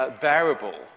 bearable